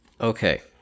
Okay